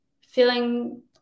feeling